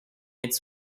its